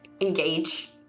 engage